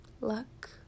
luck